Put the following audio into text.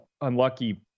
unlucky